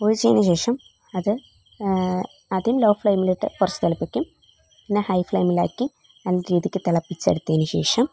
ഒഴിച്ചതിനു ശേഷം അത് ആദ്യം ലോ ഫ്ലെയിമിലിട്ട് കുറച്ച് തിളപ്പിക്കും പിന്നെ ഹൈ ഫ്ലെയിമിൽ ആക്കി നല്ല രീതിയ്ക്ക് തിളപ്പിച്ച് എടുത്തതിനു ശേഷം